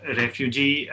refugee